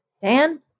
Dan